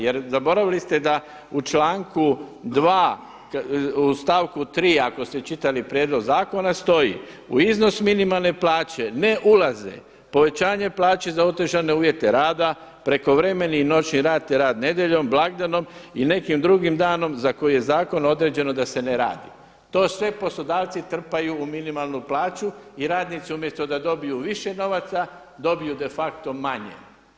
Jer zaboravili ste da u članku 2., u stavku 3. ako ste čitali prijedlog zakona stoji: „U iznos minimalne plaće ne ulaze povećanje plaće za otežane uvjete rada, prekovremeni i noćni rad i rad nedjeljom, blagdanom i nekim drugim danom za koji je zakonom određeno da se ne radi.“ To sve poslodavci trpaju u minimalnu plaću i radnici umjesto da dobiju više novaca, dobiju de facto manje.